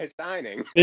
signing